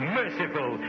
merciful